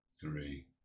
three